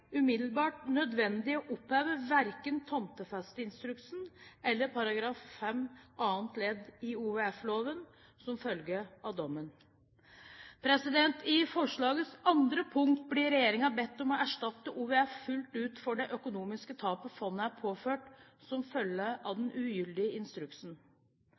umiddelbart nødvendig å oppheve verken tomtefesteinstruksen eller § 5 annet ledd i OVF-loven som følge av dommen. I forslagets II blir regjeringen bedt om å erstatte OVF fullt ut for det økonomiske tap fondet er påført som følge av den ugyldige instruksen.